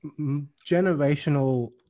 generational